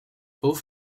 both